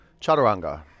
Chaturanga